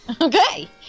okay